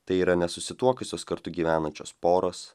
tai yra nesusituokusios kartu gyvenančios poros